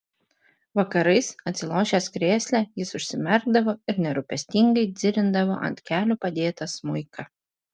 vakarais atsilošęs krėsle jis užsimerkdavo ir nerūpestingai dzirindavo ant kelių padėtą smuiką